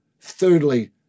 Thirdly